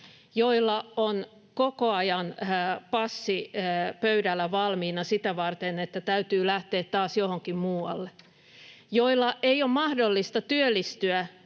joilla on koko ajan passi pöydällä valmiina sitä varten, että täytyy lähteä taas johonkin muualle, joille ei ole mahdollista työllistyä